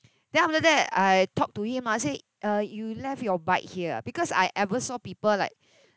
then after that I talk to him I say uh you left your bike here ah because I ever saw people like